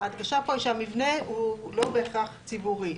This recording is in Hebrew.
ההדגשה פה היא שהמבנה הוא לא בהכרח ציבורי.